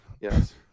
yes